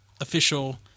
official